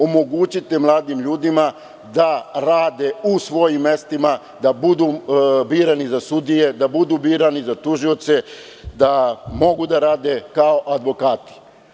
Omogućite mladim ljudima da rade u svojim mestima, da budu birani za sudije, da budu birani za tužioce, da mogu da rade kao advokati.